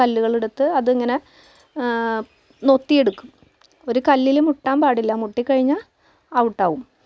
അരിയുണ്ട എനിക്ക് ഇഷ്ടമുള്ള ഏറ്റവും ഇഷ്ടമുള്ള വിഭവമാണ് അതെൻ്റെ അമ്മച്ചി നന്നായിട്ട് എനിക്കുണ്ടാക്കി തരാറുണ്ട്